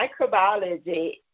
microbiology